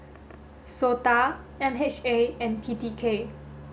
SOTA M H A and T T K